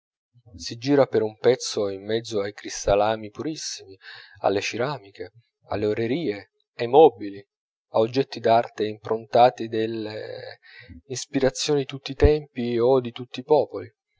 si gira per un pezzo in mezzo ai cristallami purissimi alle ceramiche alle orerie ai mobili a oggetti d'arte improntati delle ispirazioni di tutti i tempi o di tutti i popoli